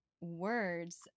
words